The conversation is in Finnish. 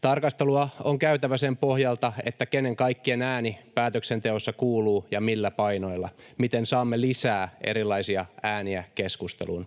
Tarkastelua on käytävä sen pohjalta, keiden kaikkien ääni päätöksenteossa kuuluu ja millä painoilla, miten saamme lisää erilaisia ääniä keskusteluun.